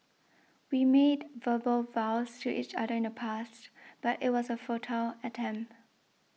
we made verbal vows to each other in the past but it was a futile attempt